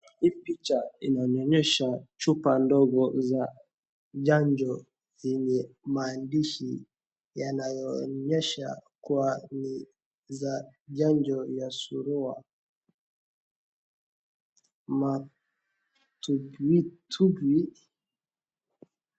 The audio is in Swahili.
Hii picha inanionyesha chupa ndogo za chanjo yenye maandishi yanayoonyesha kuwa ni za chanjo ya surua na mtumbwitumbwi.